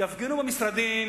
שיפגינו במשרדים,